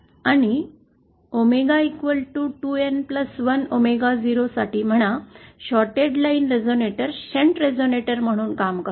आणि ओमेगा2N 1 ओमेगा 0 साठी म्हणा shorted line resonator shunt resonator म्हणून काम करतो